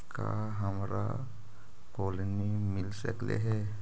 का हमरा कोलनी मिल सकले हे?